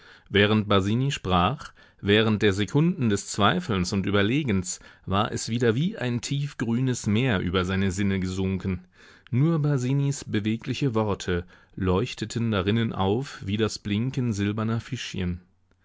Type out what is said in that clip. während basini sprach während der sekunden des zweifelns und überlegens war es wieder wie ein tief grünes meer über seine sinne gesunken nur basinis bewegliche worte leuchteten darinnen auf wie das blinken silberner fischchen